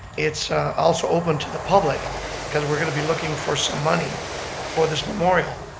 it's also open to the public cause we're going to be looking for some money for this memorial.